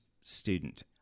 student